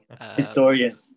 Historian